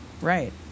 right